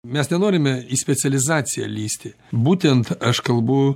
mes nenorime į specializaciją lįsti būtent aš kalbu